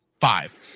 five